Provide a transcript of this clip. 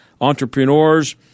entrepreneurs